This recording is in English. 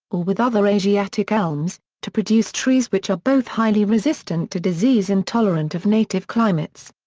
or with other asiatic elms to produce trees which are both highly resistant to disease and tolerant of native climates.